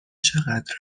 چقدر